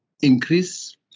increase